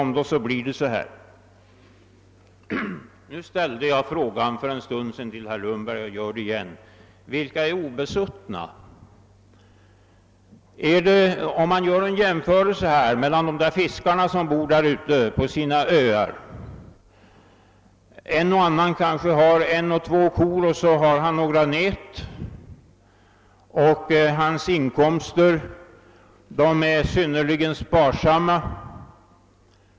För en stund sedan ställde jag frågan till herr Lundberg och jag gör det igen: Vilka är obesuttna? Låt oss göra en jämförelse med fiskarna som bor där ute på sina öar. En och annan kanske har en eller två kor och några nät, och hans inkomster är synnerligen blygsamma.